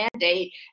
mandate